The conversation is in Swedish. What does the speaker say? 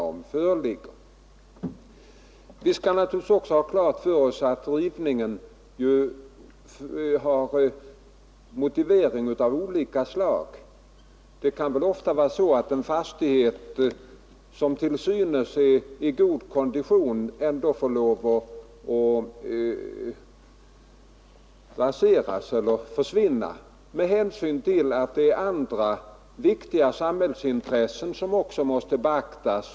Vi skall naturligtvis också ha klart för oss att rivningen av en fastighet kan vara motiverad av olika skäl. Det kan ofta vara så att en fastighet som till synes är i god kondition ändå måste raseras med hänsyn till att andra viktiga samhällsintressen också måste beaktas.